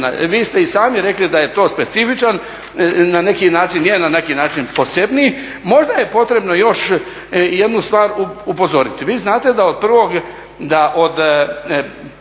Vi ste i sami rekli da je to specifičan, na neki način je, na neki način posebniji. Možda je potrebno još jednu stvar upozoriti. Vi znate da od 01.